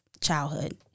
childhood